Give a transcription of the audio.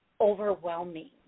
overwhelming